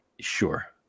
Sure